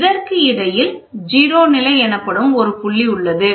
இதற்கு இடையில் 0 நிலை எனப்படும் ஒரு புள்ளி உள்ளது